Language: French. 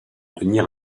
tenir